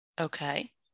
Okay